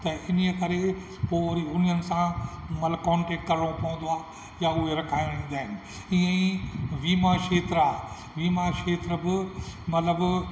ऐं इन्हीअ करे पोइ वरी उन्हनि सां मतिलबु कॉन्टेकट करिणो पवंदो आहे यां उहे रखाइण ईंदा आहिनि ईअं ई वीमा क्षेत्र आहे वीमा क्षेत्र बि मतिलबु